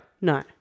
No